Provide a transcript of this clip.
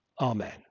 Amen